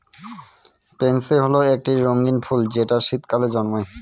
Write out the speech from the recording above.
pansy হল একটি রঙ্গীন ফুল যেটা শীতকালে জন্মায়